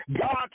God